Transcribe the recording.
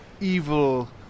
evil